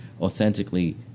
authentically